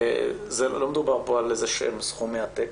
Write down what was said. לא מדובר פה על סכומי עתק,